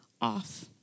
off